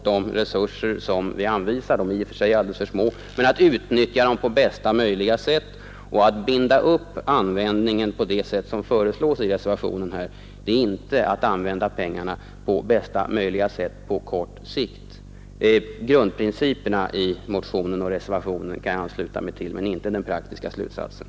De resurser som vi här anvisat är i och för sig alldeles för små, men det gäller att utnyttja dem på bästa möjliga sätt. Att binda upp användningen på det sätt som föreslås i reservationen är inte att på kort sikt använda pengarna på bästa möjliga sätt. Grundprinciperna i motionen och reservationen kan jag ansluta mig till men inte till den praktiska slutsatsen.